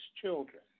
children